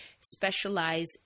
specialize